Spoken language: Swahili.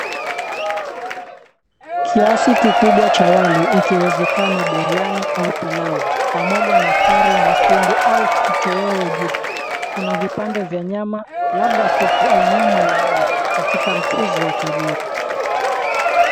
Kiasi kikubwa cha wali ikiwezekana biriani au pilau pamoja na curry nyekundu au kitoweo juu. Kuna vipande vya nyama labda kuku au nyama ya ng'ombe katika mchuzi wa tajiri.